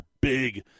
big